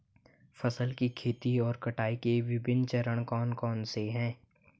फसल की खेती और कटाई के विभिन्न चरण कौन कौनसे हैं?